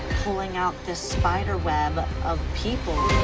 pulling out this spider web of people.